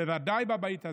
בוודאי בבית הזה,